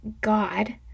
God